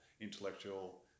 intellectual